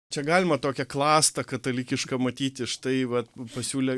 čia galima tokią klastą katalikišką matyti štai va pasiūlė